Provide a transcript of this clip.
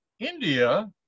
India